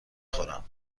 خورم